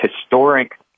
historic